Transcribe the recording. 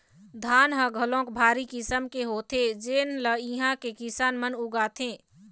धान ह घलोक भारी किसम के होथे जेन ल इहां के किसान मन उगाथे